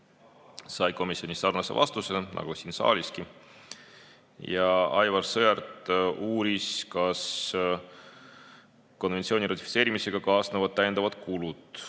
sai komisjonis sarnase vastuse nagu siin saaliski. Aivar Sõerd uuris, kas konventsiooni ratifitseerimisega kaasnevad täiendavad kulud